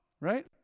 Right